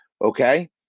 okay